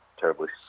terribly